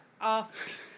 off